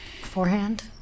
beforehand